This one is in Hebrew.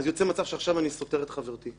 כן